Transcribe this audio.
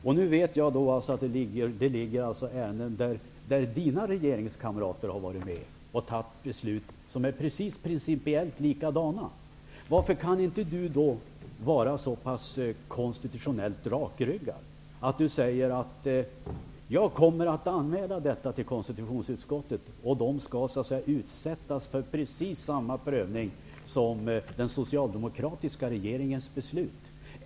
Men nu vet jag också att vi här har ärenden där Hans Nyhages regeringskamrater varit med om att fatta beslut som i princip är likadana. Varför kan då inte Hans Nyhage vara så konstitutionellt rakryggad att han säger att han kommer att anmäla även dessa till konstitutionsutskottet? Skall inte de utsättas för precis samma prövning som den socialdemokratiska regeringens beslut?